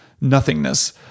nothingness